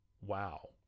Wow